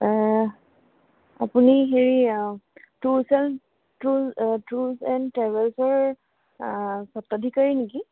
আপুনি Harry tours and tour tours and ট্ৰেভেলছৰ স্বত্বাধীকাৰী নিকি